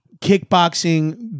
kickboxing